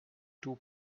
two